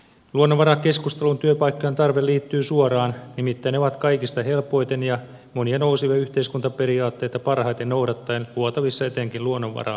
luonnonvarakeskusteluun työpaikkojen tarve liittyy suoraan nimittäin ne ovat kaikista helpoiten ja monia nousevia yhteiskuntaperiaatteita parhaiten noudattaen luotavissa etenkin luonnonvara ja biotalouteen